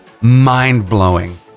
mind-blowing